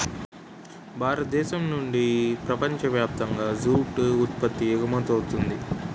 భారతదేశం నుండి ప్రపంచ వ్యాప్తంగా జూటు ఉత్పత్తి ఎగుమవుతుంది